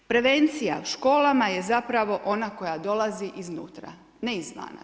Prevencija u školama je zapravo ona koja dolazi iznutra, ne izvana.